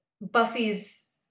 Buffy's